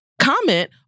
Comment